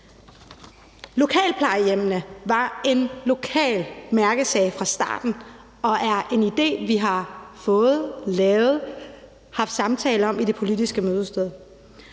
Lokalplejehjemmene var en lokal mærkesag fra starten og er en idé, som vi har fået, lavet og haft samtaler om i det politiske mødested.